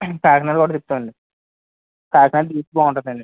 కాకినాడ కూడా తిప్పుతామండి కాకినాడ హిల్స్ బాగుంటదండి